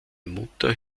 mutter